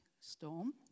storm